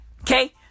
Okay